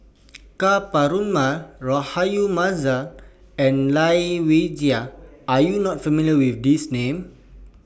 Ka Perumal Rahayu Mahzam and Lai Weijie Are YOU not familiar with These Names